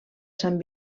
sant